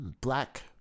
black